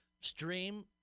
stream